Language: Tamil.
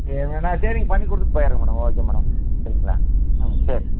இப்போ என்னன்னா சரிங்க பண்ணி கொடுத்துட்டு போய்டுறேங்க மேடம் ஓகே மேடம் சரிங்களா ம் சரிங்க